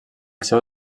seu